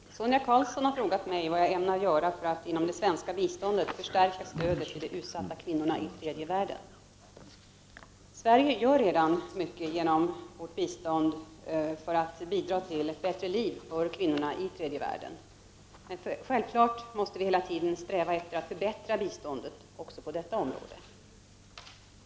Herr talman! Sonia Karlsson har frågat mig vad jag ämnar göra för att inom det svenska biståndet förstärka stödet till de utsatta kvinnorna i tredje världen. Sverige gör redan genom sitt bistånd mycket för att bidra till ett bättre liv för kvinnorna i tredje världen. Men självfallet måste vi i Sverige hela tiden sträva efter att förbättra biståndet också på detta område.